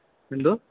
എന്തോ